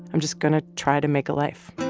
i'm just going to try to make a life